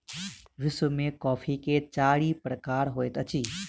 विश्व में कॉफ़ी के चारि प्रकार होइत अछि